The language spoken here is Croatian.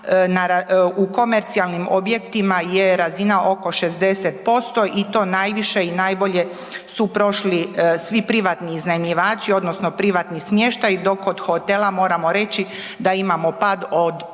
u komercijalnim objektima je razina oko 60% i to najviše i najbolje su prošli svi privatni iznajmljivači odnosno privatni smještaj dok kod hotela moramo reći da imamo pad od 51%.